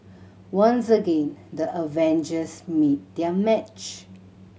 once again the Avengers meet their match